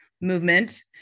movement